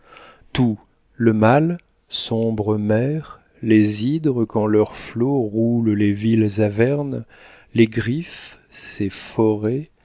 tout le mal sombre mer les hydres qu'en leurs flots roulent les vils avernes les griffes ces forêts